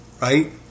Right